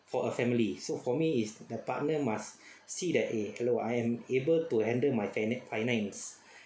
for a family so for me is the partner must see that eh hello I am able to handle my finance finance